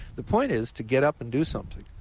the point is to get up and do something.